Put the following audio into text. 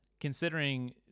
considering